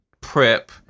prep